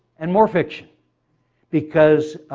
and more fiction because